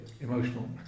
emotional